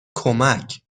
کمک